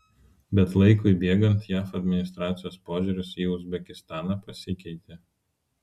bet laikui bėgant jav administracijos požiūris į uzbekistaną pasikeitė